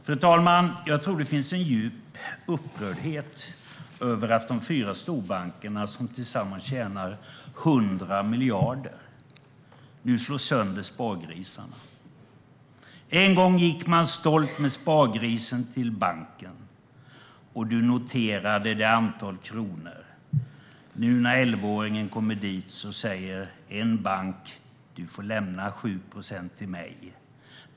Fru talman! Jag tror att det finns en djup upprördhet över att de fyra storbankerna, som tillsammans tjänar 100 miljarder, nu slår sönder spargrisarna. En gång gick man stolt med spargrisen till banken, och man noterade antal kronor. Nu när elvaåringen kommer dit säger en av bankerna: Du får lämna 7 procent till mig.